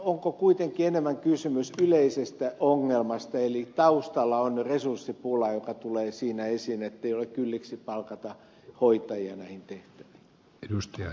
onko kuitenkin enemmän kysymys yleisestä ongelmasta eli onko taustalla resurssipula joka tulee siinä esiin ettei ole kylliksi rahaa palkata hoitajia näihin tehtäviin